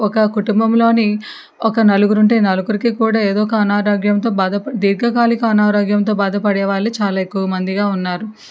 ఒక కుటుంబంలోని ఒక నలుగురుంటే నలుగురికీ కూడా ఏదో ఒక అనారోగ్యంతో బాధపడే దీర్ఘకాలిక అనారోగ్యంతో బాధపడేవాళ్ళే చాలా ఎక్కువ మందిగా ఉన్నారు